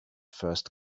first